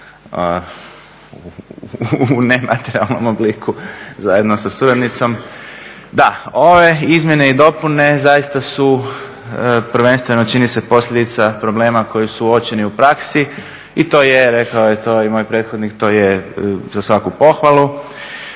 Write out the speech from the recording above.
u nematerijalnom obliku zajedno sa suradnicom. Da, ove izmjene i dopune zaista su prvenstveno čini se posljedica problema koji su uočeni u praksi i to je, rekao je to i moj prethodnik, to je za svaku pohvalu.